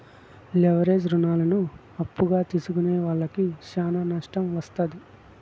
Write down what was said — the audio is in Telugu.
లెవరేజ్ రుణాలను అప్పుగా తీసుకునే వాళ్లకి శ్యానా నట్టం వత్తాది